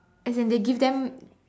as in they give them